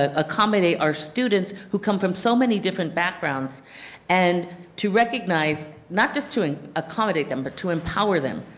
ah accommodate our students who come from so many different backgrounds and to recognize not just to and accommodate them but to empower them,